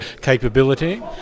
capability